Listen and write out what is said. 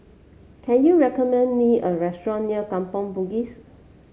can you recommend me a restaurant near Kampong Bugis